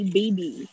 baby